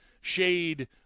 shade